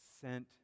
sent